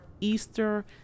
Easter